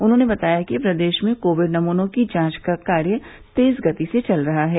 उन्होंने बताया कि प्रदेश में कोविड नमूनों की जांच का कार्य तेज गति से चल रहा है